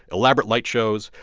elaborate light shows.